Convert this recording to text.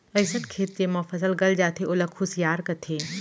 अइसन खेत जेमा फसल गल जाथे ओला खुसियार कथें